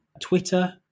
Twitter